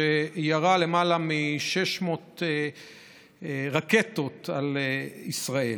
שירה למעלה מ-600 רקטות על ישראל.